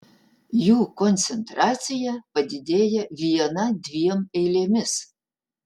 jų koncentracija padidėja viena dviem eilėmis